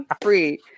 free